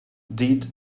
did